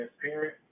transparent